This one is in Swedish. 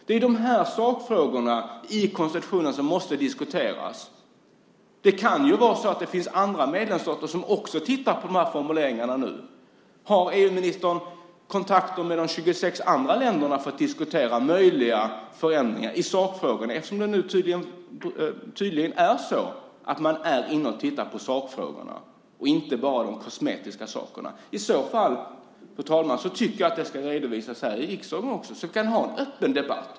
Det är dessa sakfrågor i konstitutionen som måste diskuteras. Det kan vara så att det finns andra medlemsstater som också tittar på dessa formuleringar nu. Har EU-ministern kontakter med de 26 andra länderna för att diskutera möjliga förändringar i sakfrågorna eftersom det nu tydligen är så att man är inne och tittar på sakfrågorna och inte bara på de kosmetiska frågorna? I så fall tycker jag att det ska redovisas här i riksdagen också, så att vi kan ha en öppen debatt.